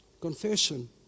Confession